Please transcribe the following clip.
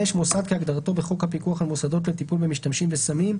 מוסד כהגדרתו בחוק הפיקוח על מוסדות לטיפול במשתמשים בסמים,